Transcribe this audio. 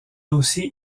aussi